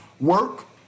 work